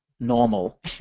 normal